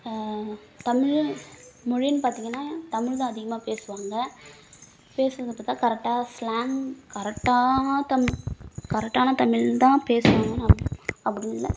தமிழில் மொழின்னு பார்த்தீங்கன்னா தமிழ் தான் அதிகமாக பேசுவாங்க பேசுறதை பார்த்தா கரெக்டாக ஸ்லாங் கரெக்டாக தமிழ் கரெக்டான தமிழ் தான் பேசுவாங்கன்னு அப் அப்படின்னு இல்லை